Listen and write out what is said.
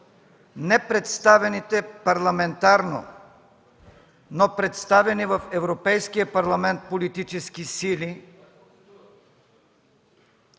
непредставените парламентарно, но представени в Европейския парламент политически сили.